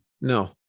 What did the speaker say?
No